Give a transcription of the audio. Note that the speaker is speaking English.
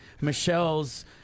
Michelle's